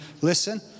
listen